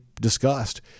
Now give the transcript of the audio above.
discussed